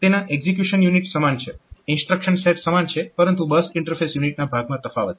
તેના execution unit સમાન છે ઇન્સ્ટ્રક્શન સેટ સમાન છે પરંતુ બસ ઈન્ટરફેસ યુનિટના ભાગમાં તફાવત છે